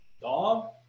dog